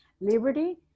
liberty